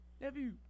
Nephew